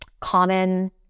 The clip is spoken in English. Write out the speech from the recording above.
common